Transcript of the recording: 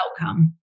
outcome